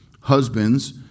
Husbands